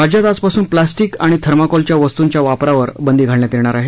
राज्यात आजपासून प्लास्टिक आणि थर्माकोलच्या वस्तूंच्या वापरावर बंदी घालण्यात येणार आहे